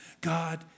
God